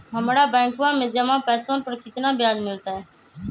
हम्मरा बैंकवा में जमा पैसवन पर कितना ब्याज मिलतय?